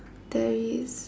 there is